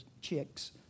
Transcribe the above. chicks